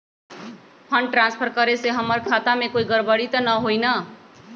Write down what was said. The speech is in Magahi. फंड ट्रांसफर करे से हमर खाता में कोई गड़बड़ी त न होई न?